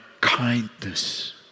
kindness